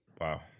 Wow